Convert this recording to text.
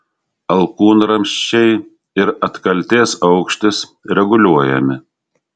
alkūnramsčiai ir atkaltės aukštis reguliuojami